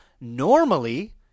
Normally